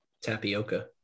Tapioca